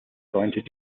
going